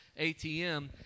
ATM